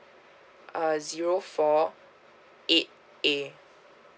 uh zero four eight A